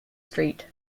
street